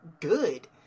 good